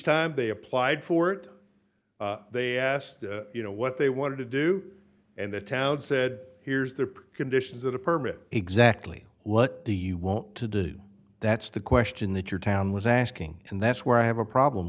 time they applied for it they asked you know what they wanted to do and the town said here's the conditions of the permit exactly what do you wont to do that's the question that your town was asking and that's where i have a problem